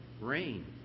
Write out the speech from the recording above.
rain